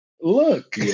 Look